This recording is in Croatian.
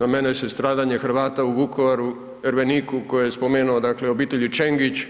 Na mene je stradanje Hrvata u Vukovaru, Erveniku koje je spomenuto dakle obitelji Čengić